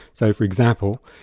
so for example,